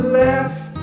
left